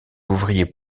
ouvrier